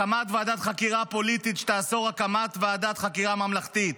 הקמת ועדת חקירה פוליטית שתאסור הקמת ועדת חקירה ממלכתית,